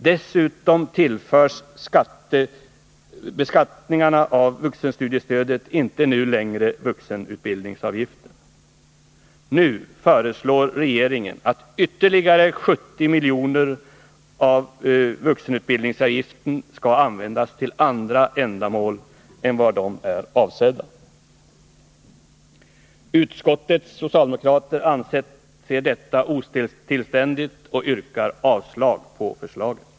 Dessutom tillförs beskattningen av vuxenstudiestödet inte längre vuxenutbildningsavgiften. Nu föreslår regeringen att ytterligare 70 milj.kr. av vuxenutbildningsavgiften skall användas till andra ändamål än vad de är avsedda. Utskottets socialdemokrater anser detta otillständigt och yrkar avslag på förslaget.